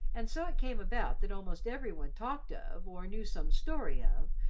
and so it came about that almost every one talked of, or knew some story of,